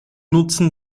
nutzen